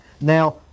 Now